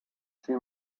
she